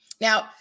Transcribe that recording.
Now